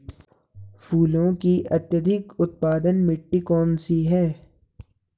फूलों की अत्यधिक उत्पादन मिट्टी कौन सी है?